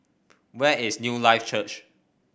where is Newlife Church